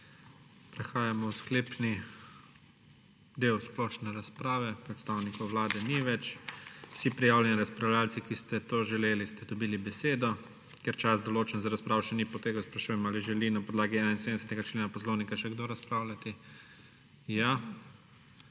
Prehajamo v sklepni del splošne razprave. Predstavnikov Vlade ni več. Vsi prijavljeni razpravljavci, ki ste to želeli, ste dobili besedo. Ker čas, določen za razpravo, še ni potekel, sprašujem, ali želi na podlagi 71. člena Poslovnika še kdo razpravljati.